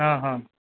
हां हां